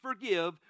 forgive